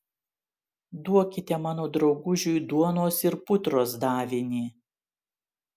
duokite mano draugužiui duonos ir putros davinį